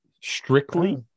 strictly